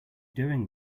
doing